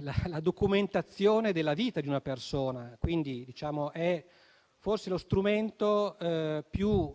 la documentazione della vita di una persona. Esso è forse lo strumento più